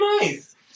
nice